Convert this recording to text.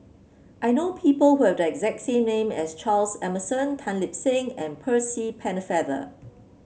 I know people who have the exact same name as Charles Emmerson Tan Lip Seng and Percy Pennefather